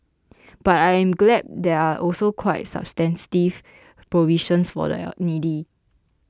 but I am glad there are also quite substantive provisions for the needy